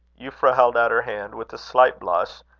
euphra held out her hand with a slight blush,